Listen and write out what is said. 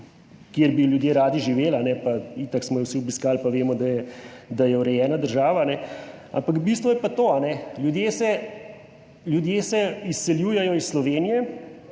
kjer bi ljudje radi živeli, pa itak smo jo vsi obiskali, pa vemo, da je urejena država, ampak bistvo je pa to, da se ljudje se izseljujejo iz Slovenije,